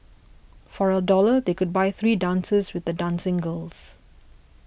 for a dollar they could buy three dances with the dancing girls